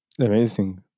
Amazing